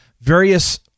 various